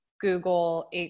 Google